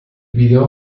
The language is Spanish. vídeo